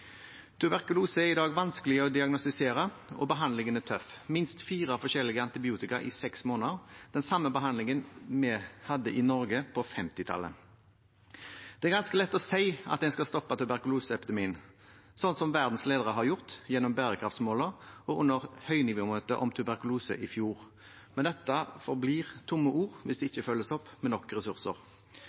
Tuberkulose er i dag vanskelig å diagnostisere, og behandlingen er tøff – minst fire forskjellige antibiotika i seks måneder, den samme behandlingen vi hadde i Norge på 1950-tallet. Det er ganske lett å si at en skal stoppe tuberkuloseepidemien, sånn som verdens ledere har gjort gjennom bærekraftsmålene og under høynivåmøtet om tuberkulose i fjor, men dette forblir tomme ord hvis det ikke følges opp med nok ressurser.